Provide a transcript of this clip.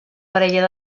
parella